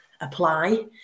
apply